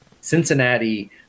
Cincinnati